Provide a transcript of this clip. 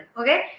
Okay